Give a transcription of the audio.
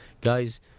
Guys